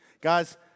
Guys